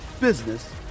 business